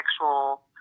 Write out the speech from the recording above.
actual